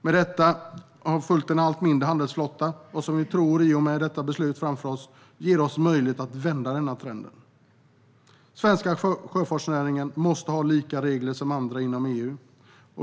Med detta har följt en allt mindre handelsflotta. Vi tror att vi i och med det beslut vi har framför oss får möjlighet att vända denna trend. Den svenska sjöfartsnäringen måste ha likadana regler som andra inom EU.